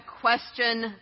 question